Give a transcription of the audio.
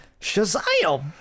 Shazam